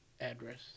address